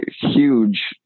huge